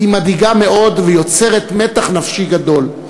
מדאיגה מאוד ויוצרת מתח נפשי גדול.